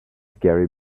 gary